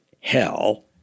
hell